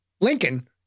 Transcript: Lincoln